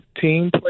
team